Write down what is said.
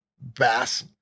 bass